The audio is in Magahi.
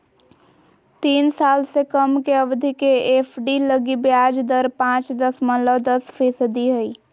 तीन साल से कम के अवधि के एफ.डी लगी ब्याज दर पांच दशमलब दस फीसदी हइ